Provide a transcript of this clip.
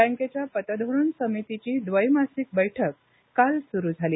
बँकेच्या पतधोरण समितीची द्वैमासिक बैठक काल सुरू झाली